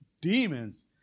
demons